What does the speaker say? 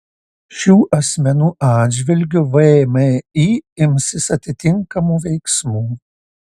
šių asmenų atžvilgiu vmi imsis atitinkamų veiksmų